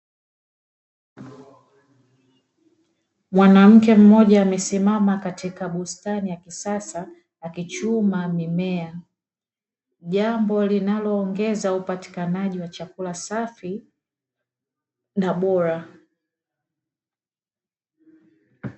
Mwanamke mmoja amesimama katika bustani ya kisasa akichuma mimea, jambo linaloongeza upatikanaji wa chakula safi na bora.